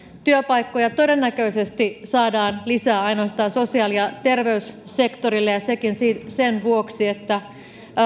työpaikkoja todennäköisesti saadaan lisää ainoastaan sosiaali ja terveyssektorille ja sekin sen vuoksi että